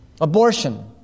abortion